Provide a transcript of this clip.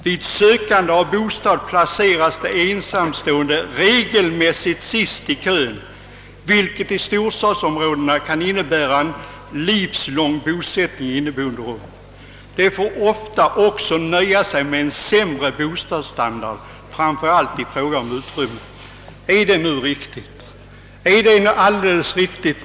Vid sökande av bostad placeras de ensamstående regelmässigt sist i kön, vilket i storstadsområdena kan innebära en livslång bosättning i inneboeniderum. De får ofta också nöja sig med en sämre bostadsstandard, framför allt i fråga om utrymme.» Är nu detta alldeles riktigt?